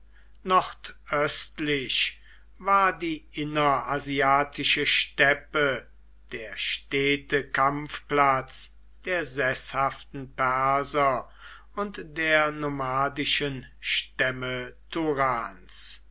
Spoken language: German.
nordöstlich war die innerasiatische steppe der stete kampfplatz der seßhaften perser und der nomadischen stämme